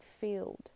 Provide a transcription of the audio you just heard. field